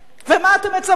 ומה אתם מצפים?